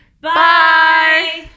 bye